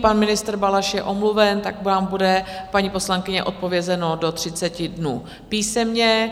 Pan ministr Balaš je omluven, tak vám bude, paní poslankyně, odpovězeno do 30 dnů písemně.